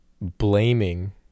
blaming